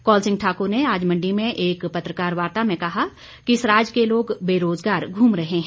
कौल सिंह ठाकर ने आज मण्डी में एक पत्रकार वार्ता में कहा कि सराज के लोग बेरोजगार घूम रहे हैं